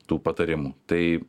tų patarimų tai